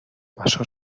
pasó